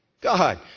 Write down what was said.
God